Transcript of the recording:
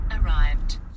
Arrived